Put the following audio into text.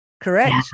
Correct